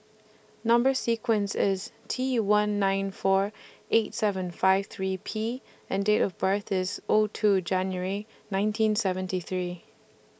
Number sequence IS T one nine four eight seven five three P and Date of birth IS O two January nineteen seventy three